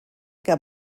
que